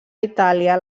itàlia